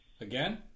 Again